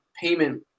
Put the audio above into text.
payment